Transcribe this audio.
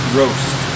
roast